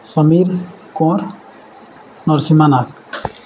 Samir Kore Narsingh Nag